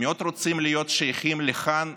מאוד רוצים להיות שייכים לכאן,